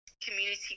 community